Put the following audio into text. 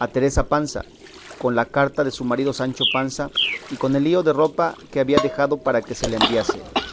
a teresa panza con la carta de su marido sancho panza y con el lío de ropa que había dejado para que se le enviase